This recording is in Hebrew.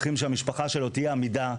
צריכים שהמשפחה שלו תהיה אמידה.